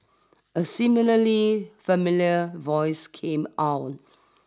a similarly familiar voice came on